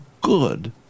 good